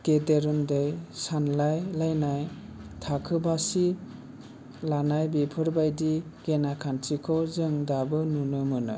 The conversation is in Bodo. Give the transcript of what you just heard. गेदेर उन्दै सानलाय लायनाय थाखो बासिलायनाय बेफोर बायदि गेना खान्थिखौ जों दाबो नुनो मोनो